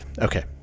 okay